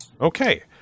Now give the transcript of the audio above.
Okay